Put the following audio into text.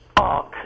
arc